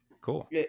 cool